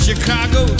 Chicago